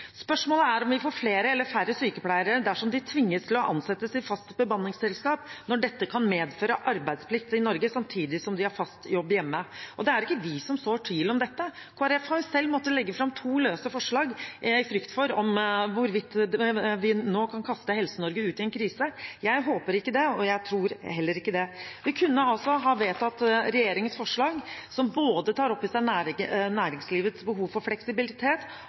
Spørsmålet er om vi får flere eller færre sykepleiere dersom de tvinges til å ansettes fast i et bemanningsselskap, når dette kan medføre arbeidsplikt i Norge samtidig som de har fast jobb hjemme. Det er ikke vi som sår tvil om dette. Kristelig Folkeparti har selv måttet legge fram to løse forslag, i frykt for at vi nå kan kaste Helse-Norge ut i en krise. Jeg håper ikke det, og jeg tror heller ikke det. Vi kunne altså ha vedtatt regjeringens forslag, som både tar opp i seg næringslivets behov for fleksibilitet,